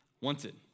wanted